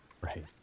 Right